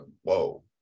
whoa